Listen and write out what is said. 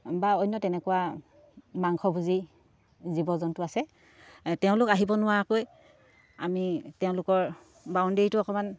বা অন্য তেনেকুৱা মাংস ভুজি জীৱ জন্তু আছে তেওঁলোক আহিব নোৱাৰাকৈ আমি তেওঁলোকৰ বাউণ্ডেৰীটো অকণমান